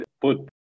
put